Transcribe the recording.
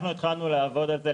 אנחנו התחלנו לבדוק את זה.